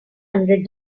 hundred